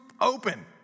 open